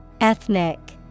Ethnic